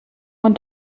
und